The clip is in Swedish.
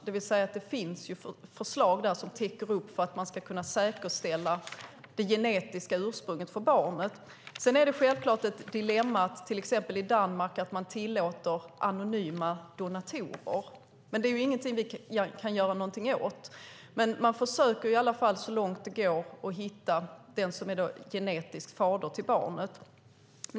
Det finns förslag där som täcker upp för att man ska kunna säkerställa det genetiska ursprunget för barnet. Sedan är det självklart ett dilemma att man till exempel i Danmark tillåter anonyma donatorer. Det är ingenting som vi kan göra någonting åt, men man försöker i alla fall så långt det går att hitta den som är genetisk fader till barnet.